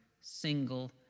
single